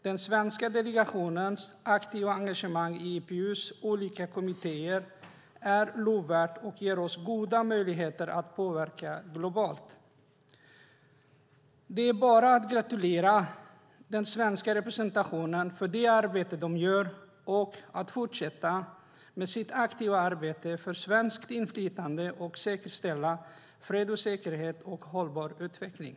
Den svenska delegationens aktiva engagemang i IPU:s olika kommittéer är lovvärt och ger oss goda möjligheter att påverka globalt. Det är bara att gratulera den svenska representationen för det arbete de gör och hoppas att de fortsätter sitt aktiva arbete för svenskt inflytande och för att säkerställa fred, säkerhet och hållbar utveckling.